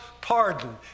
pardon